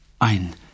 Ein